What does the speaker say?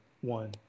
One